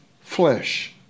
flesh